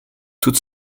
toute